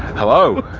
hello